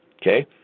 Okay